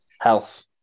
Health